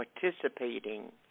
participating